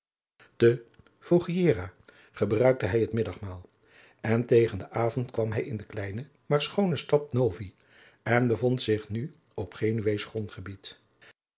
te voghiera gebruikte hij het middagmaal en tegen den avond kwam hij in de kleine maar schoone stad novi en bevond zich nu op genueesch grondgebied